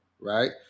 right